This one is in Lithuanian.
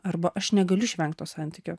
arba aš negaliu išvengt to santykio